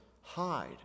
hide